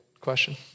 question